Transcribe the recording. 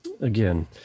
again